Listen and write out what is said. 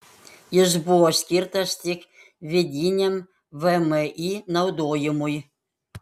jis buvo skirtas tik vidiniam vmi naudojimui